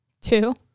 two